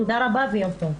תודה רבה ויום טוב.